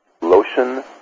lotion